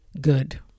good